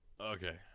Okay